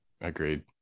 Agreed